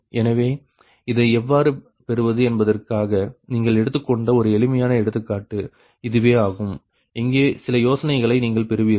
எனவே இதை எவ்வாறு பெறுவது என்பதற்காக நீங்கள் எடுத்துக்கொண்ட ஒரு எளிமையான எடுத்துக்காட்டு இதுவே ஆகும் இங்கே சில யோசனைகளை நீங்கள் பெறுவீர்கள்